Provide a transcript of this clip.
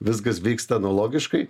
viskas vyksta analogiškai